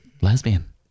lesbian